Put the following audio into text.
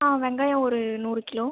வெங்காயம் ஒரு நூறு கிலோ